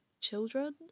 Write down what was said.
children